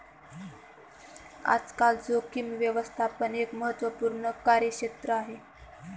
आजकाल जोखीम व्यवस्थापन एक महत्त्वपूर्ण कार्यक्षेत्र आहे